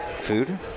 food